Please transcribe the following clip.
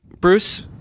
Bruce